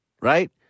right